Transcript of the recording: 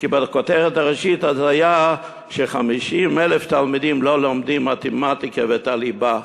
כי בכותרת הראשית אז היה ש-50,000 תלמידים לא לומדים מתמטיקה ואת הליבה,